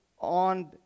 on